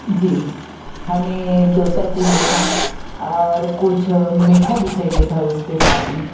जी हमें दोसा चाहिए था और कुछ मीठा भी चाहिए था उसके साथ में